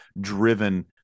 driven